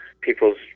people's